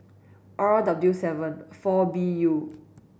R W seven four B U